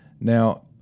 Now